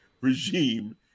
regime